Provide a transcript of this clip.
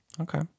Okay